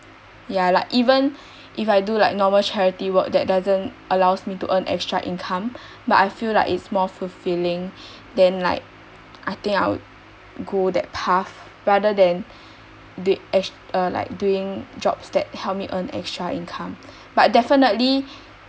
ya like even if I do like normal charity work that doesn't allows me to earn extra income but I feel like it's more fulfilling then like I think I will go that path rather than uh like doing jobs that help me earn extra income but definitely